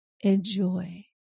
Enjoy